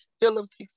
Phillips